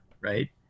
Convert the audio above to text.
right